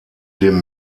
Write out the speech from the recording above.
dem